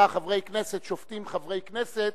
שבה חברי כנסת שופטים חברי כנסת,